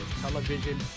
television